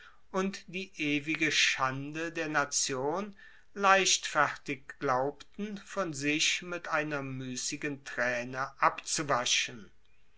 und die ewige schande der nation leichtfertig glaubten von sich mit einer muessigen traene abzuwaschen